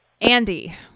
Andy